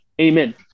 Amen